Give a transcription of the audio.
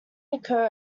occur